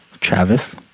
Travis